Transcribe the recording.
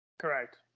Correct